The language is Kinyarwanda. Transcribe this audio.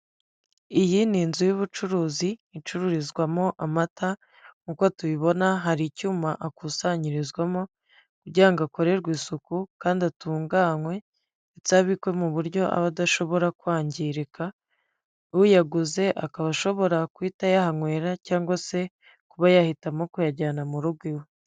Iyi ni inzu y'ubucuruzi icururizwamo amata, nk'uko tuyibona hari icyuma akusanyirizwamo kugira ngo akorerwe isuku kandi atunganywe ndetse abikwe mu buryo aba adashobora kwangirika. Uyaguze akaba ashobora guhita ayahanywera cyangwa se kuba yahitamo kuyajyana mu rugo iwe.